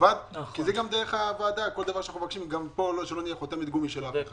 בדיעבד כדי שלא נהיה חותמת גומי של אף אחד.